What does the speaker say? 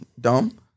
dumb